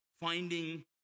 finding